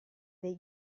dei